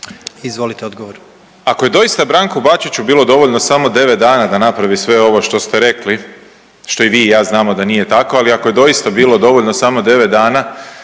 Izvolite odgovor.